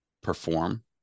perform